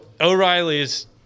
O'Reilly's